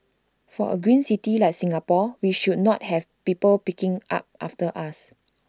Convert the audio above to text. for A green city like Singapore we should not have people picking up after us